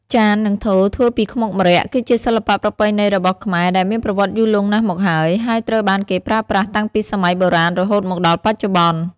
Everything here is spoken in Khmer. ចាន និងថូធ្វើពីខ្មុកម្រ័ក្សណ៍ គឺជាសិល្បៈប្រពៃណីរបស់ខ្មែរដែលមានប្រវត្តិយូរលង់ណាស់មកហើយ ហើយត្រូវបានគេប្រើប្រាស់តាំងពីសម័យបុរាណរហូតមកដល់បច្ចុប្បន្ន។